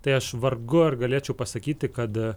tai aš vargu ar galėčiau pasakyti kada